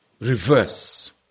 reverse